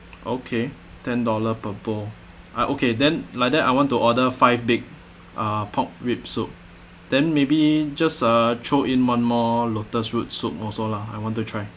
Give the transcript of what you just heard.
okay ten dollar per bowl ah okay then like that I want to order five big ah pork rib soup then maybe just uh throw in one more lotus root soup also lah I want to try